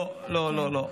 לא לא לא,